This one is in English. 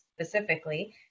specifically